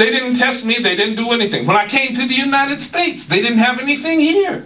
they didn't test me they didn't do anything when i came to the united states they didn't have anything here